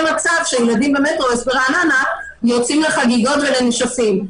מצב שילדים ברעננה יוצאים לחגיגות ולנשפים.